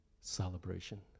celebration